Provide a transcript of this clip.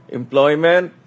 employment